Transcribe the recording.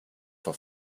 for